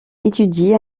étudie